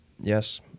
yes